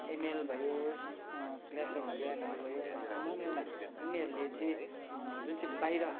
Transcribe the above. ML भयो class of क्ल्यान्हरू भयो त्यसमा मोबाइलमा उनीहरूले चाहिँ जुन चाहिँ बाहिर